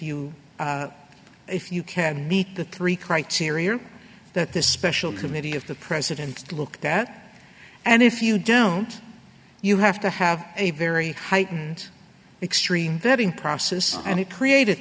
you if you can meet the three criteria that the special committee of the president looked at and if you don't you have to have a very heightened extreme vetting process and it created